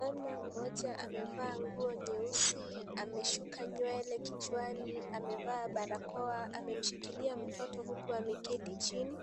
Mama mmoja amevaa nguo nyeusi, ameshuka nywele kichwani, amevaa barakoa , amemshikilia mtoto huku ameketi chini.